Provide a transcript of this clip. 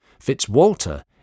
Fitzwalter